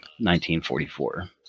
1944